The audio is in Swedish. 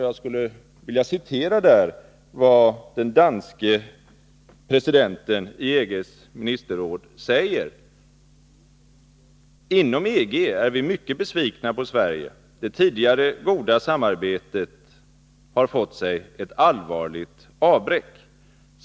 Jag skulle vilja citera vad den danske presidenten i EG:s ministerråd där Nr 35 säger: Fredagen den ”Inom EG är vi mycket besvikna på Sverige. Det tidigare goda samarbetet 26 november 1982 har fått sig ett allvarligt avbräck.